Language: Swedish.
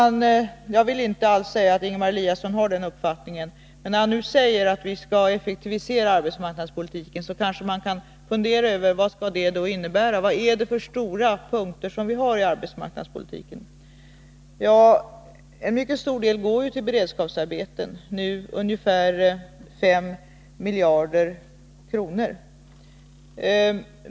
Jag vill inte alls säga att Ingemar Eliasson har den uppfattningen, men när han nu säger att vi skall effektivisera arbetsmarknadspolitiken, kanske man kan fundera över vad det innebär. Vad är det för stora punkter som vi har inom arbetsmarknadspolitiken? En mycket stor del av anslagen går till beredskapsarbeten, nu ungefär 5 miljarder.